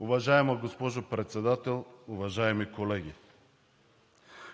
Уважаема госпожо Председател, уважаеми колеги!